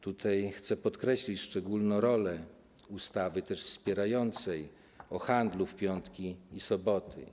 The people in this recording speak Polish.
Tutaj chcę podkreślić szczególną rolę też ustawy wspierającej, o handlu w piątki i soboty.